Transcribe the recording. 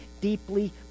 deeply